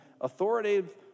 authoritative